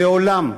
לעולם.